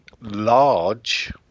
large